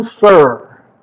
Sir